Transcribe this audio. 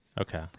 Okay